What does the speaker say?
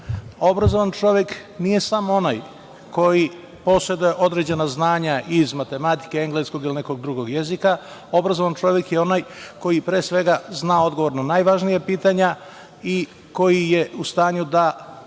Obrazovan čovek nije samo onaj koji poseduje određena znanja i iz matematike, engleskog ili nekog drugog jezika, obrazovni čovek je onaj koji, pre svega zna odgovor na najvažnija pitanja i koji ta svoja